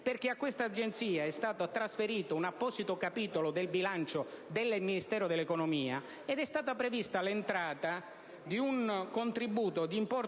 Poste. A questa agenzia è stato trasferito un apposito capitolo del bilancio del Ministero dell'economia ed è stato previsto un contributo di importo